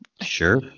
Sure